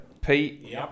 Pete